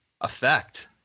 effect